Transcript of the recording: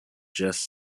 just